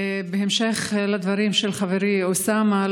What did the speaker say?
בהמשך לדברים של חברי אוסאמה,